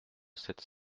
sept